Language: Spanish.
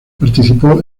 participó